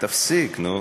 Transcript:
תפסיק, נו.